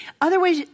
Otherwise